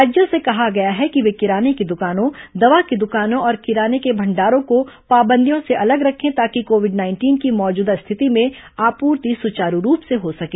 राज्यों से कहा गया है कि वे किराने की दुकानों दवा की दुकानों और किराने के भंडारों को पाबंदियों से अलग रखें ताकि कोविड नाइंटीन की मौजूदा स्थिति में आपूर्ति सुचारू रूप से हो सके